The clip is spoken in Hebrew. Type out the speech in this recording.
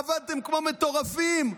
עבדתם כמו מטורפים,